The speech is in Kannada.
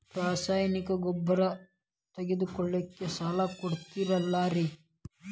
ರಾಸಾಯನಿಕ ಗೊಬ್ಬರ ತಗೊಳ್ಳಿಕ್ಕೆ ಸಾಲ ಕೊಡ್ತೇರಲ್ರೇ?